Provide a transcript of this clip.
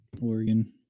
Oregon